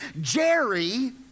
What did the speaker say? Jerry